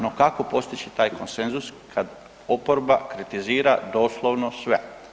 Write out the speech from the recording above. No kako postići taj konsenzus kad oporba kritizira doslovno sve?